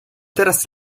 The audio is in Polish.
teraz